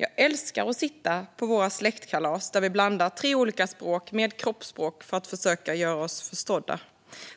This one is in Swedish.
Jag älskar att sitta på våra släktkalas, där vi blandar tre olika språk med kroppsspråk för att försöka göra oss förstådda.